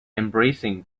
embracing